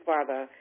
Father